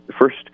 first